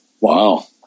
Wow